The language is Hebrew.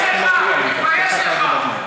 תתבייש לך, חבר הכנסת סמוטריץ,